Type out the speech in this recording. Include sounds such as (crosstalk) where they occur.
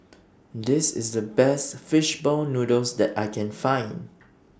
(noise) This IS The Best Fish Ball Noodles that I Can Find